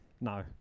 No